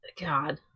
God